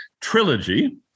trilogy